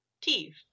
teeth